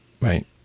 Right